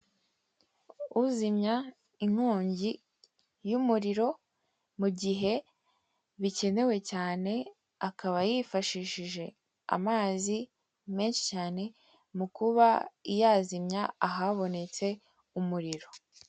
Uzimya inkongi y'umuriro mugihe bikenewe cyane, akaba yifashishije amazi menshi cyane mu kuba yazimya ahabonetse umuriro.